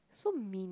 so mean